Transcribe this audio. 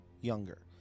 younger